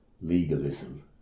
Legalism